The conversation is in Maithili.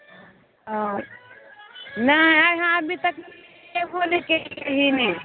हाँ नहि आइ इहाँ अभी तक अयबो नहि कयलियै मे